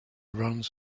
runs